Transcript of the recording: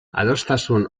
adostasun